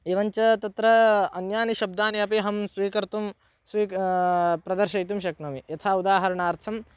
एवञ्च तत्र अन्यानि शब्दानि अपि अहं स्वीकर्तुं स्वीक् प्रदर्शयितुं शक्नोमि यथा उदाहरणार्थं